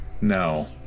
No